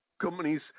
companies